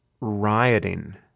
rioting